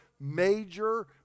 major